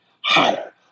hotter